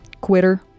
Quitter